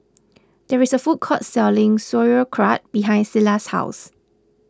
there is a food court selling Sauerkraut behind Silas' house